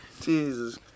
Jesus